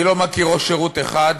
אני לא מכיר ראש שירות אחד,